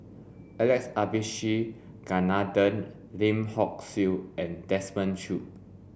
Alex Abisheganaden Lim Hock Siew and Desmond Choo